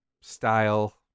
style